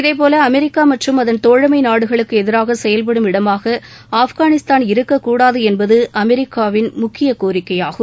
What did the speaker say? இதேபோல அமெரிக்கா மற்றும் அதன் தோழமை நாடுகளுக்கு எதிராக செயல்படும் இடமாக ஆப்கானிஸ்தான் இருக்கக்கூடாது என்பது அமெரிக்காவின் முக்கிய கோரிக்கையாகும்